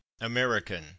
American